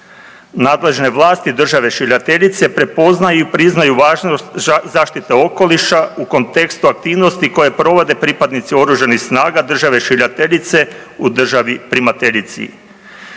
Nadležne vlasti države šiljateljice prepoznaju i priznaju važnost zaštite okoliša u kontekstu aktivnosti koje provode pripadnici OS-a države šiljateljice u državi primateljici.